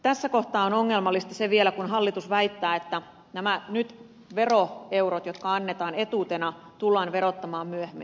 tässä kohtaa on vielä se ongelmallista kun hallitus väittää että nämä veroeurot jotka nyt annetaan etuutena tullaan verottamaan myöhemmin